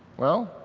well,